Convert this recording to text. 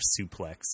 suplex